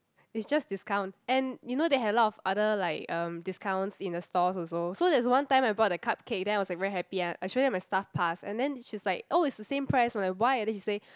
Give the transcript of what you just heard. it's just discount and you know they have a lot of other like um discounts in the stalls also so there is one time I bought the cupcake then I was like very happy ah I show them my staff pass and then she is like oh it's same price you know why I why and then she say